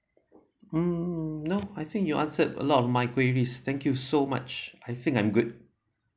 mm no I think you answered a lot of my queries thank you so much I think I'm good